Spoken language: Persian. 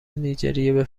نیجریه